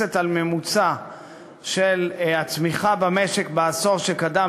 מבוססת על ממוצע של הצמיחה במשק בעשור שקדם